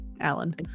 Alan